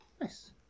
Nice